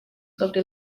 sobre